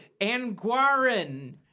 Anguarin